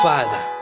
Father